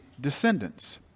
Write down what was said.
descendants